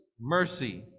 mercy